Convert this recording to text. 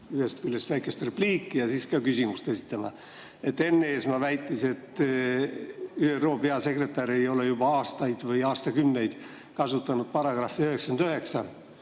ühest küljest väikest repliiki ja siis ka küsimust esitama. Enn Eesmaa väitis, et ÜRO peasekretär ei ole juba aastaid või aastakümneid kasutanud ÜRO